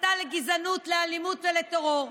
הסתה לגזענות, לאלימות ולטרור,